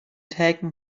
taken